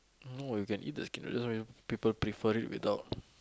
no you can eat the skin just that people prefer it without